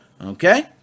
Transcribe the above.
okay